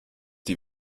die